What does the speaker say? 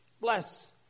Bless